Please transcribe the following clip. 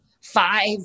five